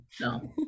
No